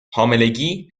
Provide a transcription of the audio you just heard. حاملگی